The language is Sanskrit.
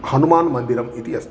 हनुमान् मन्दिरम् इति अस्ति